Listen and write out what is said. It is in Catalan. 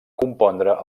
compondre